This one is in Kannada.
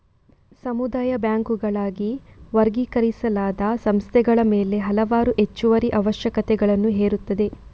ಸಮುದಾಯ ಬ್ಯಾಂಕುಗಳಾಗಿ ವರ್ಗೀಕರಿಸಲಾದ ಸಂಸ್ಥೆಗಳ ಮೇಲೆ ಹಲವಾರು ಹೆಚ್ಚುವರಿ ಅವಶ್ಯಕತೆಗಳನ್ನು ಹೇರುತ್ತದೆ